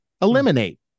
eliminate